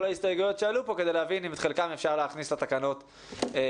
ההסתייגויות שעלו פה כדי להבין אם את חלקן אפשר להכניס לתקנות מתוקנות.